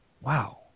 Wow